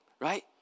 right